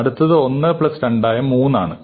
അടുത്തത് 1 പ്ലസ് 2 ആയ 3 ആണ്